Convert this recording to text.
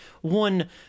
one